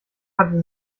hatte